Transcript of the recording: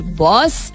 boss